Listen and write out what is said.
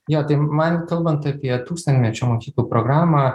jo tai man kalbant apie tūkstantmečio mokyklų programą